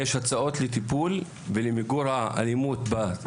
יש הצעות לטיפול ולמיגור האלימות בקרב